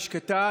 היא שקטה,